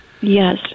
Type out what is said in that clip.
Yes